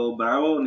bravo